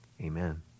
amen